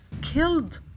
killed